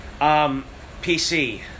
PC